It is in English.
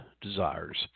desires